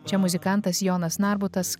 čia muzikantas jonas narbutas